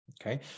okay